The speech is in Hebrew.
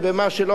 במה שלא,